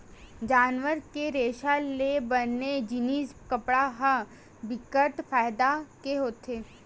जानवर के रेसा ले बने जिनिस कपड़ा ह बिकट फायदा के होथे